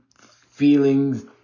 feelings